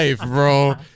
bro